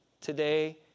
today